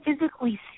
physically